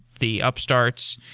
the upstarts.